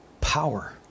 power